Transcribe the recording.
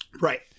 Right